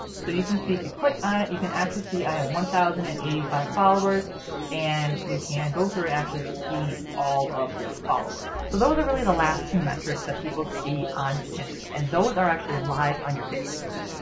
so you can see if you click on ah it you can actually see i have one thousand and eighty five followers and you can go through and actually see all of your followers. so those are really the last two metrics that people see on pinterest and those are actually live on your pinterest feed.